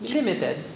Limited